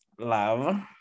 love